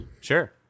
Sure